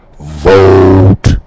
vote